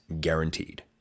guaranteed